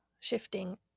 shifting